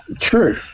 True